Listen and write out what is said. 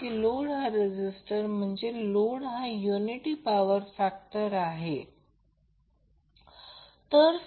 जर लोड पूर्णपणे resistive load असेल म्हणजे युनिटी पॉवर फॅक्टर आहे कारण Z R j X आहे असे म्हणा